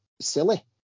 silly